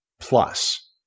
plus